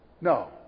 No